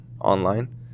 online